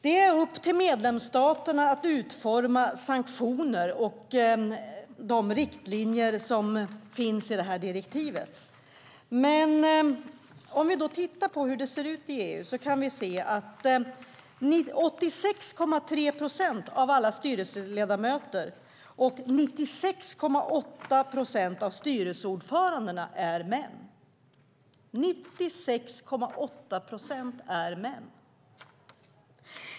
Det är upp till medlemsstaterna att utforma sanktioner enligt de riktlinjer som finns i direktivet. Om vi tittar på hur det ser ut i EU kan vi se att 86,3 procent av alla styrelseledamöter och 96,8 procent av styrelseordförandena är män - 96,8 procent är män!